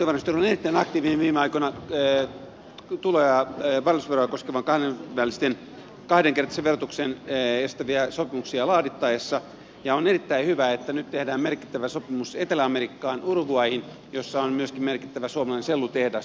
valtiovarainministeriö on ollut erittäin aktiivinen viime aikoina tulo ja varallisuusveroja koskevan kahdenkertaisen verotuksen estäviä kansainvälisiä sopimuksia laadittaessa ja on erittäin hyvä että nyt tehdään merkittävä sopimus etelä amerikkaan uruguayhin jossa on myöskin merkittävä suomalainen sellutehdas